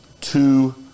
two